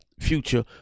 future